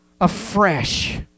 afresh